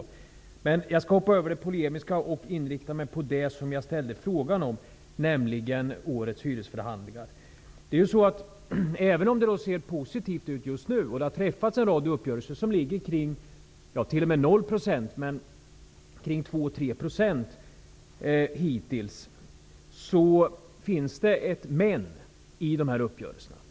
Jag skall hoppa över polemiken och inrikta mig på det jag ställde min fråga om, nämligen årets hyresförhandlingar. Även om det ser positivt ut just nu och det hittills har träffats en rad uppgörelser som ligger omkring 2--3 %, t.o.m. 0 %, finns det ett men i dessa uppgörelser.